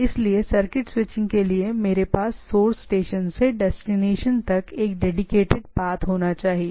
इसलिए circuit switching के लिए मेरे पास सोर्स स्टेशन से डेस्टिनेशंस तक एक डेडीकेटेड पाथ होना चाहिए